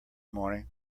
morning